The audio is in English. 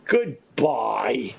Goodbye